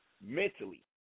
mentally